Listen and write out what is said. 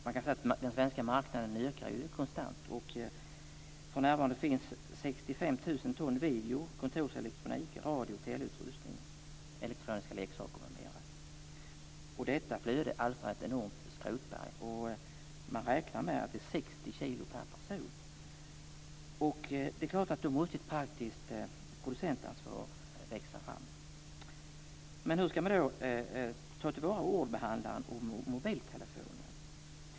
Man kan säga att den svenska marknaden ökar konstant. För närvarande finns 65 000 ton video, kontorselektronik, radio och teleutrustning, elektroniska leksaker m.m. Detta flöde alstrar ett enormt skrotberg. Man räknar med 60 kilo per person. Då måste ett praktiskt producentansvar växa fram. Hur skall vi då ta till vara ordbehandlaren och mobiltelefonen?